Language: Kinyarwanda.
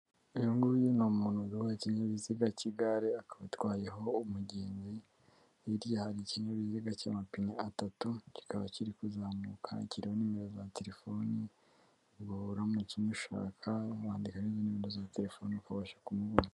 Uyu nguyu ni umuyobozi w'ikinyabiziga cy'igare, akaba atwayeho umugenzi hirya hari ikinyabiziga cy'amapine atatu ,kikaba kiri kuzamuka, kiriho numero za telefoni, ubwo uramutse umushaka wandika nimero za telefoni ukabasha kumubona.